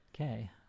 Okay